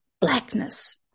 blackness